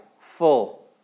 full